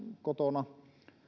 kotona